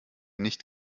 nicht